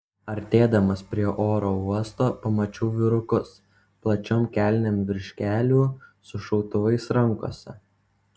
artėdamas prie oro uosto pamačiau vyrukus plačiom kelnėm virš kelių su šautuvais rankose